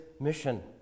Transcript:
mission